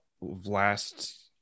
last